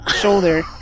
shoulder